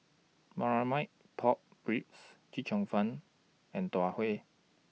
Marmite Pork Ribs Chee Cheong Fun and Tau Huay